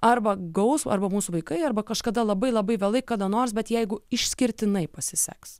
arba gaus arba mūsų vaikai arba kažkada labai labai vėlai kada nors bet jeigu išskirtinai pasiseks